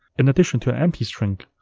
in addition to an empty string,